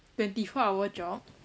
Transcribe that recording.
twenty four hour job